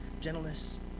gentleness